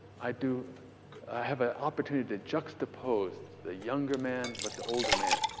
i do. i have an opportunity to juxtapose the younger man with the older man.